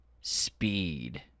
Speed